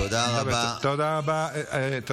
תודה רבה לחבר הכנסת הרב ישראל אייכלר.